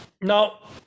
Now